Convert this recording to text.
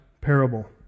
parable